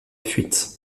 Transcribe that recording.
fuite